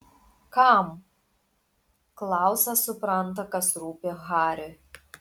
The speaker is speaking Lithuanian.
kam klausas supranta kas rūpi hariui